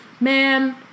Man